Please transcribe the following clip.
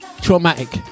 traumatic